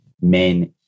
men